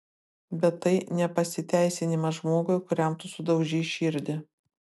bet tai ne pasiteisinimas žmogui kuriam tu sudaužei širdį